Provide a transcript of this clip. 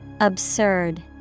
Absurd